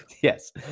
Yes